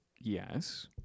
Yes